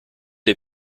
les